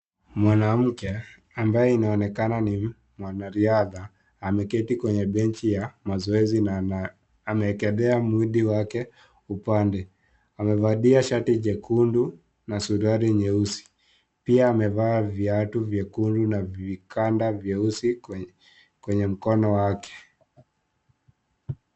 Mwanamke ambaye inaonekana ni mwanariadha ameketi kwenye benchi ya mazoezi na ameelekea mwili yake upande. Amevalia shati jekundu na suruali nyeusi. Pia amevaa viatu vyekundu na vikanda vyeusi kwenye mkono wake.